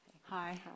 Hi